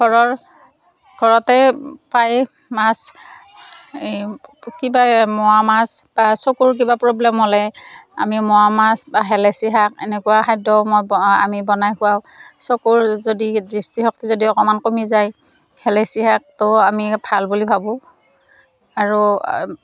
ঘৰৰ ঘৰতে পায় মাছ এই কিবা এই মোৱামাছ বা চকুৰ কিবা প্ৰবলেম হ'লে আমি মোৱামাছ বা হেলেচি শাক এনেকুৱা খাদ্য মই আমি বনাই খুৱাওঁ চকুৰ যদি দৃষ্টিশক্তি যদি অকণমান কমি যায় হেলেচি শাকটো আমি ভাল বুলি ভাবোঁ আৰু